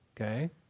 Okay